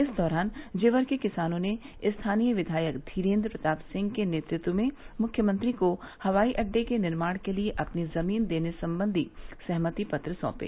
इस दौरान जेवर के किसानों ने स्थानीय विधायक धीरेन्द्र प्रताप सिंह के नेतृत्व में मुख्यमंत्री को हवाई अड्डे के निर्माण के लिये अपनी जमीन देने संबंधी सहमति पत्र सौंपे